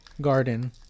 garden